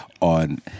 on